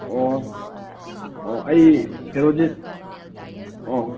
ꯑꯣ ꯑꯣ ꯑꯩ ꯍꯦꯔꯣꯖꯤꯠ ꯑꯣ